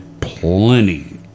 plenty